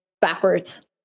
backwards